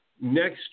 next